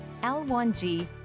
L1G